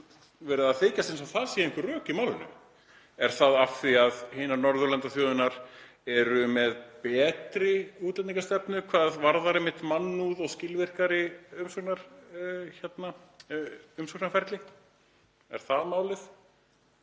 veginn látið eins og það séu einhver rök í málinu. Er það af því að hinar Norðurlandaþjóðirnar séu með betri útlendingastefnu hvað varðar einmitt mannúð og skilvirkara umsóknarferli? Er það málið?